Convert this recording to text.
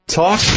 talk